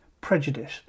prejudice